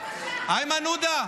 איימן עודה,